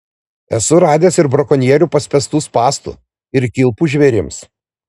esu radęs ir brakonierių paspęstų spąstų ir kilpų žvėrims